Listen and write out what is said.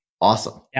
Awesome